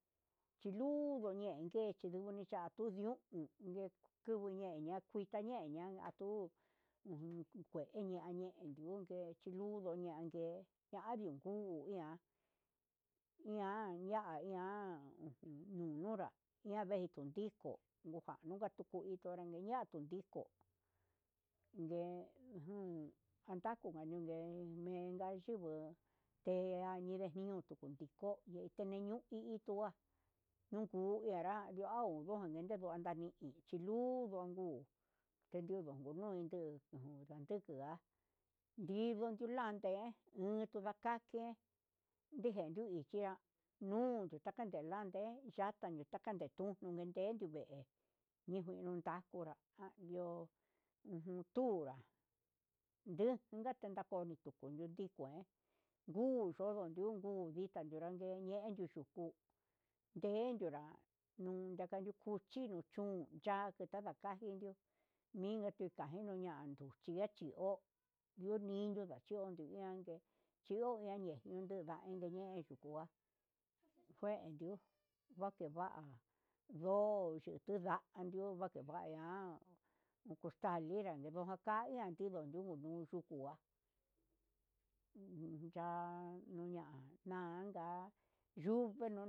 Chilunduu ñengue chinduni cha tundiun nduju ñe kundu ñeña kuita ñeñan antu uun kue ña ñe'e eke chinludu ñangue hu iha ihan ya'a ian uju nuu nunrá iha vei tutiko ndujan nakutu iko nuña ndiko ngue ujun ngatatu nanringue mera yinguu keña ngañi ninrutu kutinkoñe ndiñaninnu hi ituu nunru nanra ndia odunkua nenantani chilundu nguu kenunu nundui nduu ndidan ndiki há vinduu chulandee uun taka ke'e ndijen ndui chia nungu takante lande yakande takande tuu akun chendome niño nakunra va'a yo'o ujun tunrá ndo nukani tunike kodion ndii kue nguu todo nruku, tuvika nana yee enyu yuku ndeñunra enduu chinuu yunda kanda kachendio minanda kandedio xhiuña oduniñu nakuchindio, yondiun ndan ndón chioje ndiunke idaiñe yuku kua yendiu vakeva ndoche chudadio vakeva ayan hu koxtalinre me'e, ndojan jania yenikua tugu ndua un ya'a nuña landa ya'a.